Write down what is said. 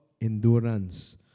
endurance